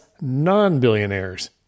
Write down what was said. non-billionaires